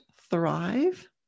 thrive